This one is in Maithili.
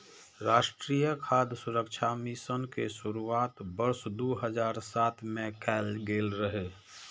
राष्ट्रीय खाद्य सुरक्षा मिशन के शुरुआत वर्ष दू हजार सात मे कैल गेल रहै